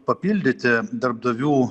papildyti darbdavių